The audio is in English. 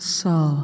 saw